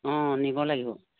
অঁ নিব লাগিব